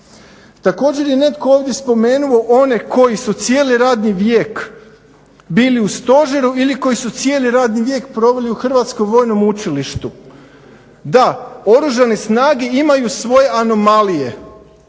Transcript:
Također je netko ovdje spomenuo one koji su cijeli radni vijek bili u stožeru ili koji su cijeli radni vijek proveli u Hrvatskom vojnom učilištu. Da, Oružane snage imaju svoje anomalije,